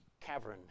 cavern